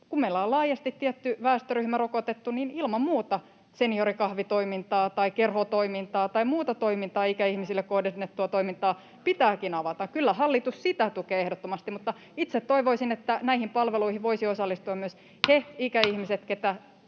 Kun meillä on laajasti tietty väestöryhmä rokotettu, niin ilman muuta seniorikahvitoimintaa tai kerhotoimintaa tai muuta ikäihmisille kohdennettua toimintaa pitääkin avata. Kyllä hallitus sitä tukee ehdottomasti, mutta itse toivoisin, että näihin palveluihin voisivat osallistua myös ne [Puhemies